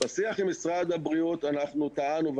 בשיח עם משרד הבריאות אנחנו טענו,